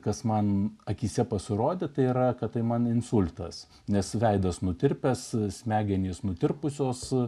kas man akyse pasirodė tai yra kad tai man insultas nes veidas nutirpęs smegenys nutirpusios